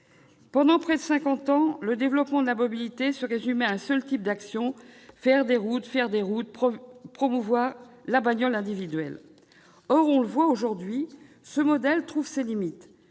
Pendant près de cinquante ans, le développement de la mobilité se résumait à un seul type d'action : faire des routes, promouvoir la « bagnole » individuelle. Or, on le voit aujourd'hui, ce modèle trouve ses limites